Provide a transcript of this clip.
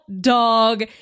dog